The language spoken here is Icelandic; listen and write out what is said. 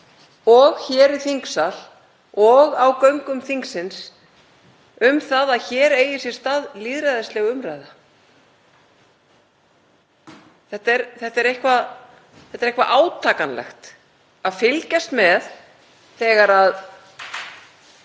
og í þingsal og á göngum þingsins um það að hér eigi sér stað lýðræðisleg umræða. Það er átakanlegt að fylgjast með þegar